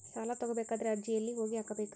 ಸಾಲ ತಗೋಬೇಕಾದ್ರೆ ಅರ್ಜಿ ಎಲ್ಲಿ ಹೋಗಿ ಹಾಕಬೇಕು?